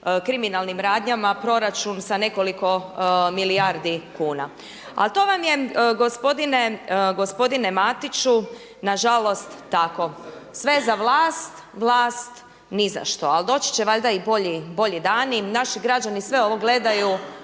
kriminalnim radnjama proračun sa nekoliko milijardi kuna. Ali to vam je gospodine Mariću nažalost tako, sve za vlast, vlast nizašto. Ali doći će valjda i bolji dani, naši građani sve ovo gledaju,